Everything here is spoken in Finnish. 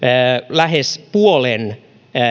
lähes puolen